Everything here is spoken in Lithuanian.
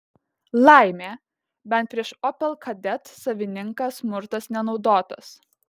laimė bent prieš opel kadet savininką smurtas nenaudotas